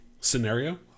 scenario